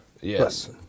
Yes